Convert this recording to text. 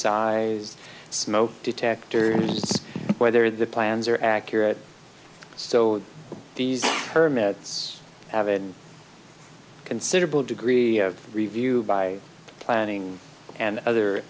sized smoke detector and it's whether the plans are accurate so these permits have and considerable degree of review by planning and other